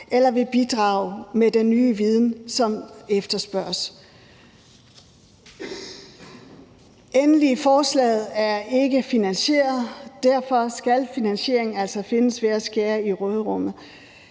eller vil bidrage med den nye viden, som efterspørges. Endelig er forslaget ikke finansieret, og derfor skal finansieringen altså findes ved at skære i råderummet.